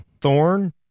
Thorn